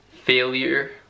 failure